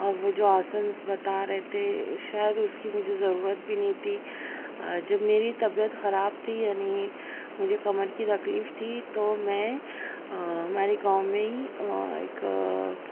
وہ جو آسنس بتا رہے تھے شاید اس کی مجھے ضرورت بھی نہیں تھی جب میری طبیعت خراب تھی یعنی مجھے کمر کی تکلیف تھی تو میں ہماری قوم میں ہی ایک